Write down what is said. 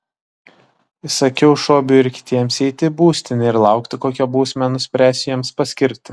įsakiau šobiui ir kitiems eiti į būstinę ir laukti kokią bausmę nuspręsiu jiems paskirti